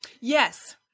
Yes